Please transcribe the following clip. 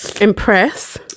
Impress